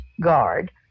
guard